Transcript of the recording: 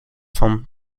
from